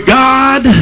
god